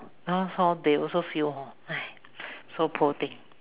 now they also feel hor !hais! so poor thing